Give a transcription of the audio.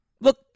Look